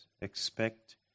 expect